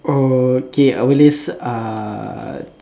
okay I will list uh